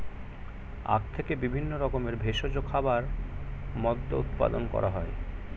আখ থেকে বিভিন্ন রকমের ভেষজ খাবার, মদ্য উৎপাদন করা হয়